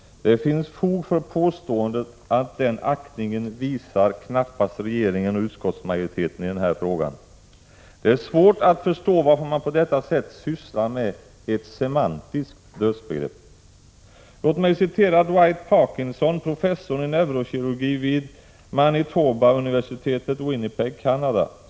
Det finns fog för påståendet att den aktningen knappast visas av regeringen och utskottsmajoriteten i den här frågan. Det är svårt att förstå varför man på detta sätt sysslar med ett semantiskt dödsbegrepp. Låt mig citera Dwight Parkinson, professor i neurokirurgi vid University of Manitoba, Winnipeg, Canada.